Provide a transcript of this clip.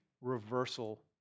reversal